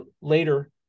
later